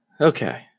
Okay